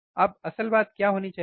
अब असल बात क्या होनी चाहिए